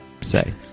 say